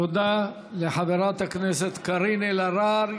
תודה לחברת הכנסת קארין אלהרר.